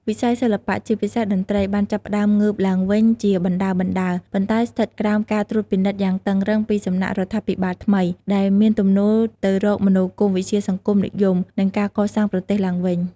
វិស័យសិល្បៈ ជាពិសេសតន្ត្រី បានចាប់ផ្ដើមងើបឡើងវិញជាបណ្ដើរៗ ប៉ុន្តែស្ថិតក្រោមការត្រួតពិនិត្យយ៉ាងតឹងរ៉ឹងពីសំណាក់រដ្ឋាភិបាលថ្មី ដែលមានទំនោរទៅរកមនោគមវិជ្ជាសង្គមនិយម និងការកសាងប្រទេសឡើងវិញ។